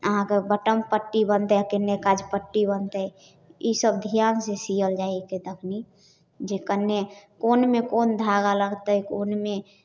अहाँके बटम पट्टी बनतै आओर केन्ने काज पट्टी बनतै ई सब धिआन से सिअल जाइ हिकै तखनी जे केन्ने कोनमे कोन धागा लगतै कोनमे